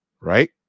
right